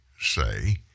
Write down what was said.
say